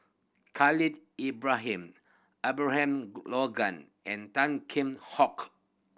Ibrahim Abraham Logan and Tan Kheam Hock